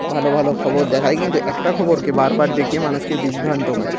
ভালো ভালো খবর দেখায় কিন্তু একটা খবরকে বারবার দেখিয়ে মানুষকে বিভ্রান্ত করে